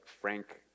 Frank